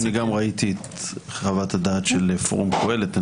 גם ראיתי את חוות הדעת של פורום קהלת.